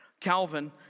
Calvin